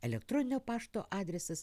elektroninio pašto adresas